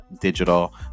Digital